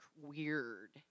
weird